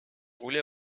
roulait